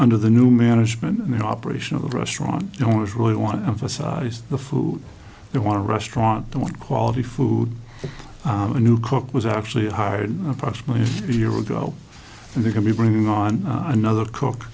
under the new management and the operation of the restaurant owners really want to emphasize the food they want a restaurant they want quality food a new cook was actually hired approximately a year ago and they can be bringing on another cook